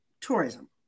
tourism